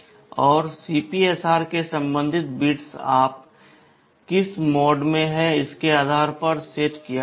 और CPSR के संबंधित बिट्स आप किस मोड में हैं इसके आधार पर सेट किया जाएगा